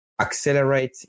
accelerate